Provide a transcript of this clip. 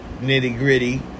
nitty-gritty